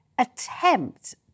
attempt